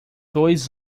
dois